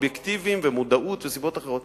אובייקטיביים ומודעות וסיבות אחרות.